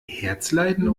herzleiden